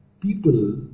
People